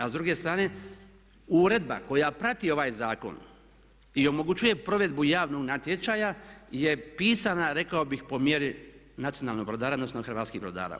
S druge strane uredba koja prati ovaj zakon i omogućuje provedbu javnog natječaja je pisana rekao bih po mjeri nacionalnog brodara odnosno hrvatskih brodara.